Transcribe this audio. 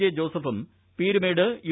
J ജോസഫും Peerumedu U